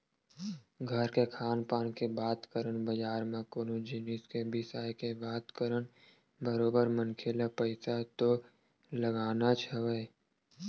घर के खान पान के बात करन बजार म कोनो जिनिस के बिसाय के बात करन बरोबर मनखे ल पइसा तो लगानाच हवय